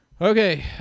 Okay